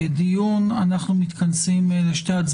אנחנו נמצאים בהנמקת הסתייגויות